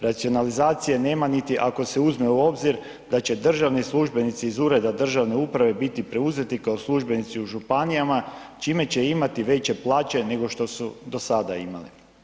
Racionalizacije nema niti ako se uzme u obzir da će državni službenici iz ureda državne uprave biti preuzeti kao službenici u županijama, čime će imati veće plaće nego što su do sada imali.